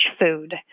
food